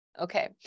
Okay